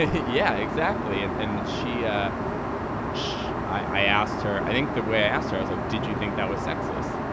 yeah exactly and and she ah she i asked her i think the way i asked her i was like did you think that was sexist.